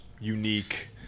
unique